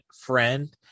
friend